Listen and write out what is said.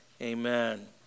Amen